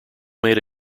made